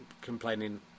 complaining